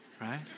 right